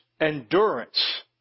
endurance